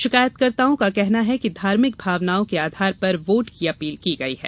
शिकायतकर्ताओं का कहना है कि धार्मिक भावनाओं के आधार पर वोट की अपील की गई है